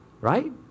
right